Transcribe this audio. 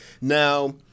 Now